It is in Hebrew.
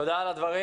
תודה על הדברים.